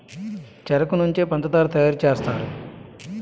చెరుకు నుంచే పంచదార తయారు సేస్తారు